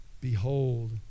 Behold